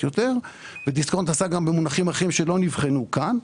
יותר ודיסקונט עשה גם במונחים אחרים שלא נבחנו כאן.